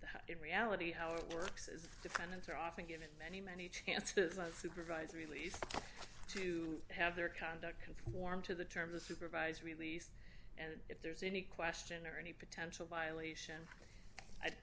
in reality how it works is defendants are often given many many chances a supervised release to have their conduct conform to the terms of supervised release and if there's any question or any potential violation